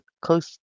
close